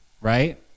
right